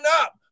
up